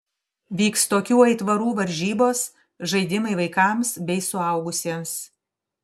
vyks tokių aitvarų varžybos žaidimai vaikams bei suaugusiems